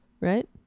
right